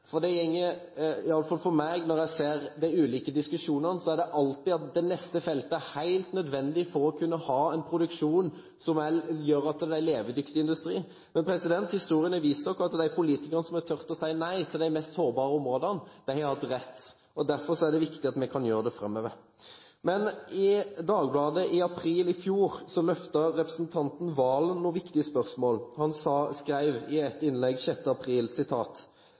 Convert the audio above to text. for når jeg hører de ulike diskusjonene, er det – i hvert fall for meg – alltid slik at det neste feltet er helt nødvendig for å kunne ha en produksjon som gjør at det er en levedyktig industri. Men historien har vist oss at de politikerne som har tort å si nei til de mest sårbare områdene, har hatt rett. Derfor er det viktig at vi kan gjøre det framover. I Dagbladet 6. april i fjor løftet representanten Serigstad Valen noen viktige spørsmål. Han skrev i et innlegg: